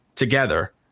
together